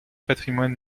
patrimoine